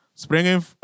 springing